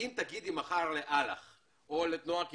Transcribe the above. אם תגידי מחר לאל"ח או לתנועה הקיבוצית: